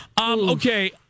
Okay